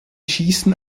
schießen